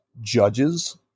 judges